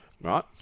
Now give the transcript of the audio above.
right